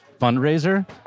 fundraiser